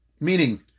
meaning